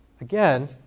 again